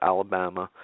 Alabama